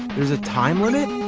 there's a time limit?